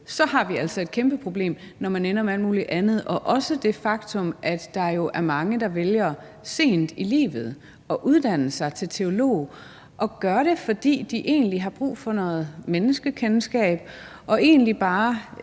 så har vi altså et kæmpe problem, når de ender med alt muligt andet. Der er også det faktum, at der er mange, der vælger sent i livet at uddanne sig til teolog og gør det, fordi de egentlig har brug for noget menneskekendskab og egentlig ikke